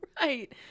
Right